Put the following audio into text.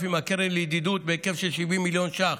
עם הקרן לידידות בהיקף של 70 מיליון ש"ח,